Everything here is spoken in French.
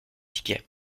tickets